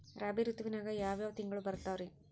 ರಾಬಿ ಋತುವಿನಾಗ ಯಾವ್ ಯಾವ್ ತಿಂಗಳು ಬರ್ತಾವ್ ರೇ?